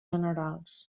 generals